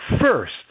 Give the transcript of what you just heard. First